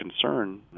concern